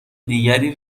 دیگری